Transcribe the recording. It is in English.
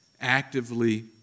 actively